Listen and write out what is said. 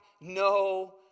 no